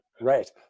right